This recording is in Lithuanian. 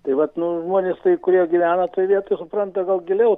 tai vat nu žmonės tai kurie gyvena toj vietoj supranta gal giliau